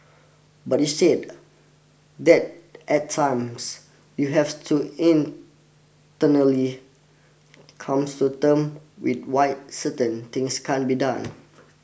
but you said that at times you have to in come to term with why certain things cannot be done